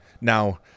Now